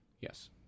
Yes